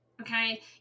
okay